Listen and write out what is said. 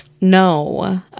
No